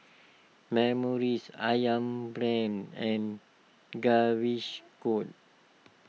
Morries Ayam Brand and Gaviscon